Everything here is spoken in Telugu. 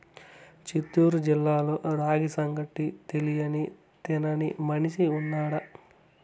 చిత్తూరు జిల్లాలో రాగి సంగటి తెలియని తినని మనిషి ఉన్నాడా